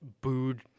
booed